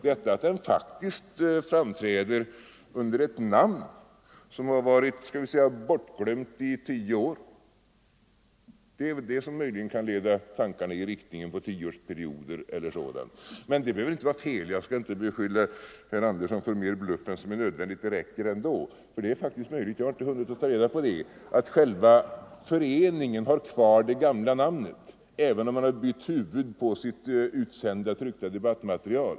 Det är det faktum att organisationen framträder under ett namn som varit bortglömt i tio år som kan leda tankarna till tioårsperioder, men namnet behöver inte vara fel. Jag skall inte beskylla Sten Andersson för mera bluffande än vad som är nödvändigt — det räcker ändå. Det är möjligt — jag har inte hunnit kontrollera det — att förbundet har kvar det gamla namnet, även om det bytt huvud på sitt utsända tryckta debattmaterial.